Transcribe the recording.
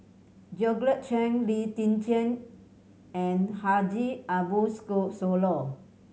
Georgette Chen Lee Tjin and Haji Ambo Sooloh